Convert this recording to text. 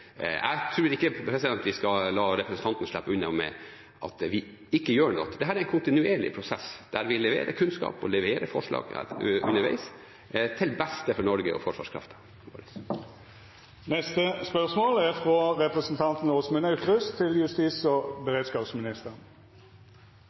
Jeg tror ikke vi skal la representanten slippe unna med at vi ikke gjør noe. Det er en kontinuerlig prosess der vi leverer kunnskap og leverer forslag underveis til beste for Norge og forsvarskraften.